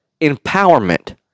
empowerment